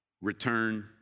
return